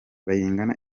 bayingana